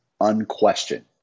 unquestioned